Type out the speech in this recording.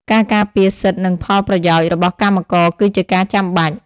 ការការពារសិទ្ធិនិងផលប្រយោជន៍របស់កម្មករគឺជាការចាំបាច់។